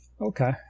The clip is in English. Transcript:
Okay